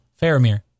Faramir